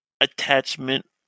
attachment